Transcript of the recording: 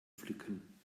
pflücken